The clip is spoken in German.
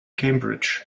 cambridge